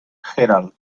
herald